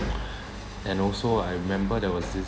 and also I remember there was this